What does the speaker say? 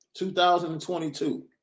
2022